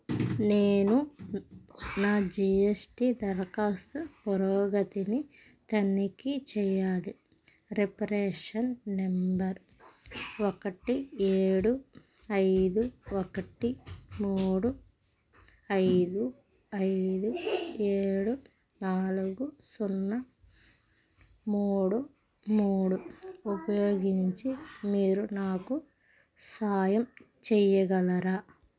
నేను నా G S T దరఖాస్తు పురోగతిని తనిఖీ చేయాలి రిఫరెన్స్ నెంబర్ ఒకటి ఏడు ఐదు ఒకటి మూడు ఐదు ఐదు ఏడు నాలుగు సున్నా మూడు మూడు ఉపయోగించి మీరు నాకు సహాయం చేయగలరా